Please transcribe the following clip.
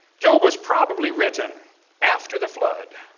job was probably written after the flood,